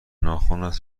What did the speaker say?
ناخنت